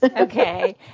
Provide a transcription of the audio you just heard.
Okay